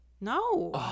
No